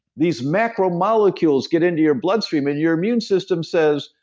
these macromolecules get into your bloodstream and your immune system says,